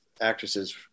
actresses